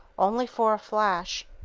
only for a flash.